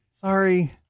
Sorry